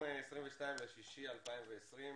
חברים, היום ה-22.6.2020,